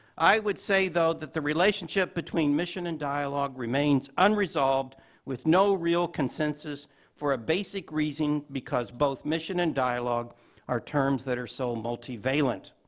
i would say, though, that the relationship between mission and dialogue remains unresolved with no real consensus for a basic reasoning because both mission and dialogue are terms that are so multivalent.